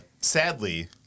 sadly